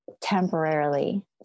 temporarily